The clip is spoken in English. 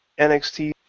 NXT